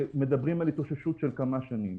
ומדברים על התאוששות שתארך כמה שנים,